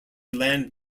land